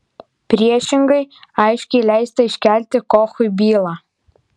priešingai aiškiai leista iškelti kochui bylą